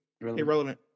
Irrelevant